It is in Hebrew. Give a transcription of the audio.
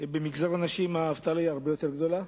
במגזר הנשים האבטלה היא הרבה יותר גדולה.